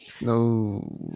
no